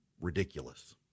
Ridiculous